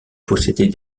possédait